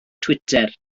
twitter